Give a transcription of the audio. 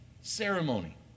ceremony